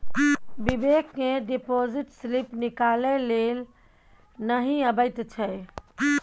बिबेक केँ deposit slip निकालै लेल नहि अबैत छै